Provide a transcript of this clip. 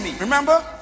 Remember